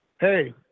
hey